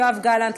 יואב גלנט,